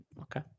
Okay